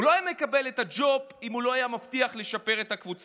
הוא לא היה מקבל את הג'וב אם הוא לא היה מבטיח לשפר את הקבוצה.